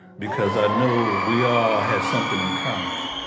because i knew we all had something in common.